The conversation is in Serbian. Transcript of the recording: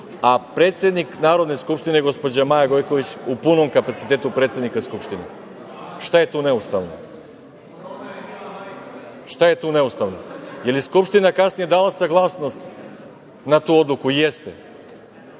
a predsednik Narodne skupštine, gospođa Maja Gojković u punom kapacitetu predsednika Skupštine. Šta je tu neustavno? Jel Skuptšina kasnije dala saglasnost na tu odluku? Jeste.